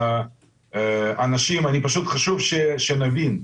חשוב שנבין,